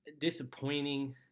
disappointing